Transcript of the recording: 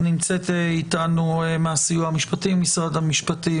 נמצאת איתנו מהסיוע המשפטי במשרד המשפטים,